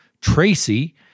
Tracy